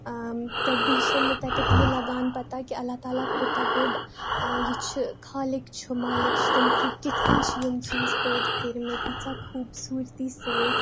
تہٕ بہٕ چھُ مےٚ تَتیٚتھ یہِ لَگان پَتہ کہِ اللہ تعالیٰ کوٗتاہ بوٚڑ یہِ چھُ خالِق چھُ مالِک چھُ تٔمۍ کِیُتھ کٔنۍ چھِ یِم چیٖز پٲدٕ کٔرۍ مٕتۍ ایٖژا خوٗبصوٗرتی ستۭۍ